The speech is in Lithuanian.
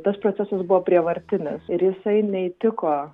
tas procesas buvo prievartinis ir jisai neįtiko